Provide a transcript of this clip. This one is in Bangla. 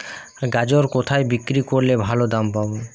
গাজর কোথায় বিক্রি করলে ভালো দাম পাব?